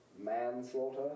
manslaughter